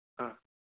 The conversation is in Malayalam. ആ